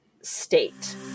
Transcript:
state